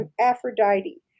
Aphrodite